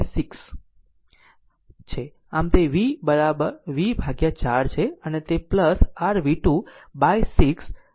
આમ તે v 4 છે અને r v2 by 6 v2 by 6 છે